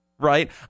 Right